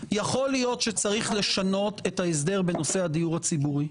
יכול להיות שצריך לשנות את ההסדר בנושא הדיור הציבורי,